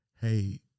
hey